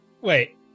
Wait